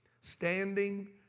standing